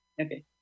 Okay